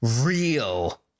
real